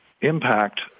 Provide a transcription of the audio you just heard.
impact